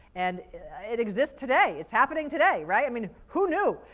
and it exists today! it's happening today, right? i mean, who knew?